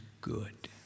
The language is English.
good